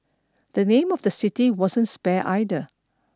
the name of the city wasn't spared either